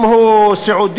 אם הוא סיעודי,